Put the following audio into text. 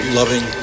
loving